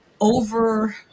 over